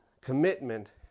commitment